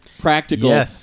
Practical